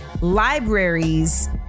libraries